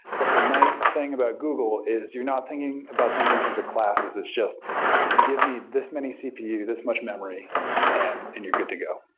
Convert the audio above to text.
but the nice thing about google is you're not thinking about things in terms of classes. it's just give me this many cpu, this much memory and and you're good to go.